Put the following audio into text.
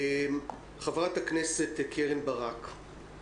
חברת הכנסת קרן ברק, בבקשה.